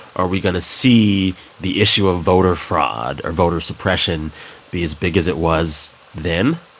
are we going to see the issue of voter fraud or voter suppression be as big as it was then?